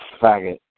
faggot